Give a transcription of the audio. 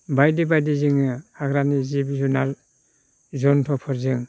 बायदि बायदि जोङो हाग्रानि जिब जुनार जन्तुफोरजों